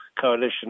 Coalition